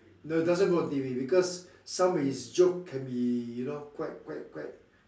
no doesn't go on T_V because some of his jokes can be you know quite quite quite